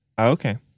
Okay